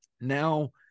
Now